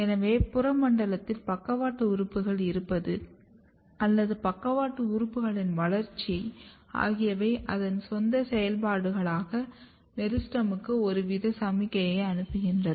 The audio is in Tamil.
எனவே புற மண்டலத்தில் பக்கவாட்டு உறுப்பு இருப்பது அல்லது பக்கவாட்டு உறுப்புகளின் வளர்ச்சி ஆகியவை அதன் சொந்த செயல்பாடுகளுக்காக மெரிஸ்டெமுக்கு ஒருவித சமிக்ஞையை அனுப்புகின்றன